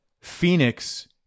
Phoenix